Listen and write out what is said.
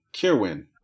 Kirwin